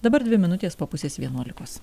dabar dvi minutės po pusės vienuolikos